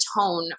tone